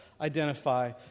identify